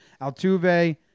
Altuve